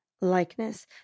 likeness